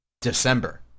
December